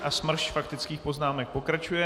A smršť faktických poznámek pokračuje.